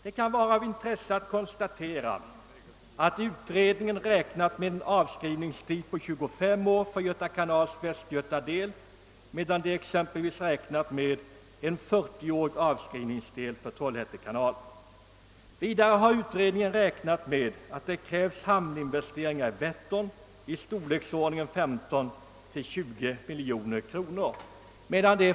Det kan vara av intresse att konstatera att utredningen har räknat med en avskrivningstid på 25 år för Göta kanals västgötadel men med en 40-årig avskrivningstid för Trollhättekanal. Vidare har utredningen räknat med hamninvesteringar i Vättern för 15—20 miljoner kronor.